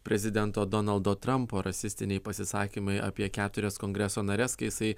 prezidento donaldo trampo rasistiniai pasisakymai apie keturias kongreso nares kai jisai